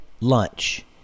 lunch